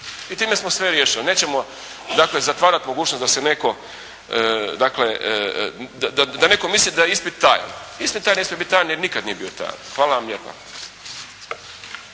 I time smo sve riješili. Nećemo dakle zatvarati mogućnost da se netko dakle, da netko misli da je ispit tajan. Ispit taj ne smije biti tajan jer nikad nije bio tajan. Hvala vam lijepa.